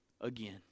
again